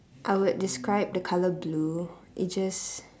I would describe the color blue it just